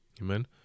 Amen